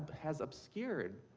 has obscured,